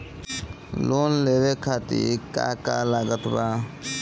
Loan लेवे खातिर का का लागत ब?